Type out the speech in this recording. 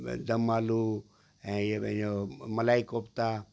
दम आलू ऐं इहे पंहिंजो मलाई कोफ्ता